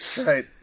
Right